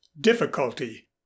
difficulty